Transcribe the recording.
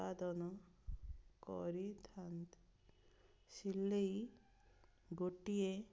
ଉତ୍ପାଦନ କରିଥାନ୍ତି ସିଲେଇ ଗୋଟିଏ